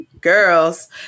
girls